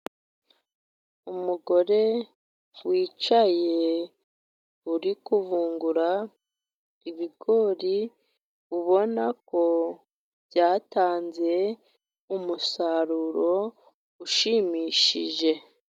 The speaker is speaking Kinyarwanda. Umugore wicaye, uri kuvungura ibigori, ubona ko byatanze umusaruro ushimishije.